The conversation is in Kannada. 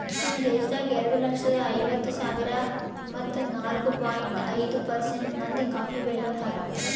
ನಮ್ ದೇಶದಾಗ್ ಎರಡು ಲಕ್ಷ ಐವತ್ತು ಸಾವಿರ ಮತ್ತ ನಾಲ್ಕು ಪಾಯಿಂಟ್ ಐದು ಪರ್ಸೆಂಟ್ ಮಂದಿ ಕಾಫಿ ಬೆಳಿಯೋರು ಹಾರ